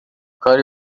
کاری